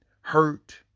hurt